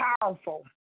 powerful